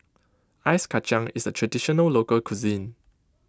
Ice Kachang is a Traditional Local Cuisine